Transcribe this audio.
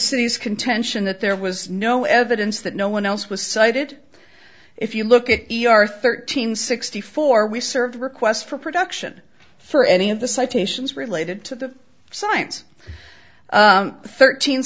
city's contention that there was no evidence that no one else was cited if you look at your thirteen sixty four we served request for production for any of the citations related to the science thirteen